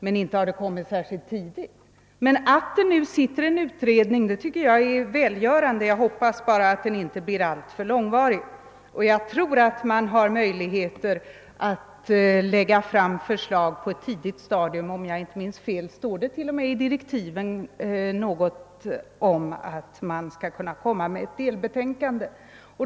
Däremot har det inte kommit särskilt tidigt. Att en utredning pågår tycker jag är välgörande. Man kan bara hoppas att den inte blir alltför långvarig. Jag tror att det finns möjligheter för den att lägga fram förslag på ett tidigt stadium. Om jag inte minns fel står det till och med i direktiven någonting om att det skall komma ett delbetänkande.